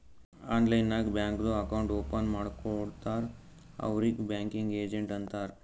online ನಾಗ್ ಬ್ಯಾಂಕ್ದು account open ಮಾಡ್ಕೊಡ್ತಾರ್ ಅವ್ರಿಗ್ ಬ್ಯಾಂಕಿಂಗ್ ಏಜೆಂಟ್ ಅಂತಾರ್